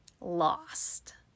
lost